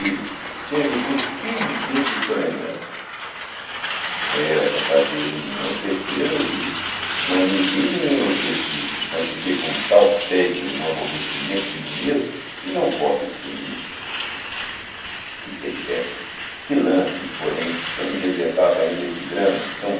delírio tinha vivido quinze dias de sua lembrança era para fazer-me enlouquecer ou rir não me ri nem enlouqueci mas fiquei com um tal tédio e um aborrecimento de mim mesmo que não posso exprimir que peripécias que lances porém não me reservava ainda esse drama tão